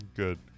Good